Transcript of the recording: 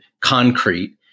concrete